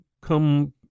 come